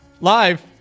live